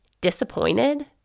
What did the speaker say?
disappointed